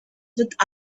with